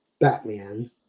Batman